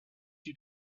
you